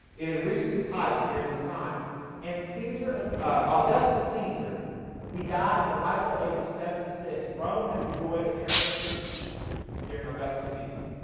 it hadn't reached its height during this time and caesar ah augustus caesar he died at the ripe old age of seventy six rome had enjoyed an era of peace during augustus caesar,